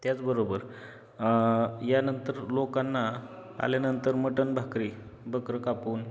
त्याचबरोबर यानंतर लोकांना आल्यानंतर मटण भाकरी बकरं कापून